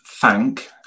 thank